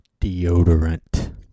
deodorant